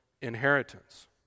inheritance